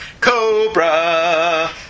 Cobra